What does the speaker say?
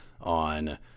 on